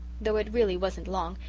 though it really wasn't long,